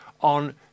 on